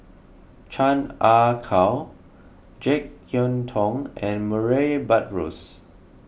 Chan Ah Kow Jek Yeun Thong and Murray Buttrose